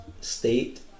state